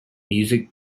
music